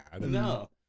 No